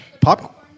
Pop